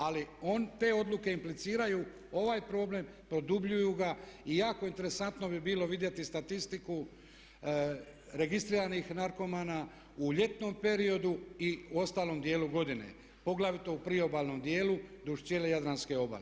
Ali on, te odluke impliciraju ovaj problem, produbljuju ga i jako interesantno bi bilo vidjeti statistiku registriranih narkomana u ljetnom periodu i ostalom dijelu godine, poglavito u priobalnom dijelu duž cijele Jadranske obale.